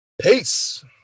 Peace